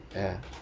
ya